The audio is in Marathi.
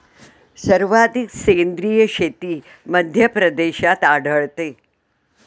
सर्वाधिक सेंद्रिय शेती मध्यप्रदेशात आढळते